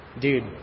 dude